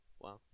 Wow